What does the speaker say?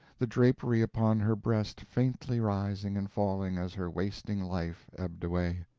the drapery upon her breast faintly rising and falling as her wasting life ebbed away.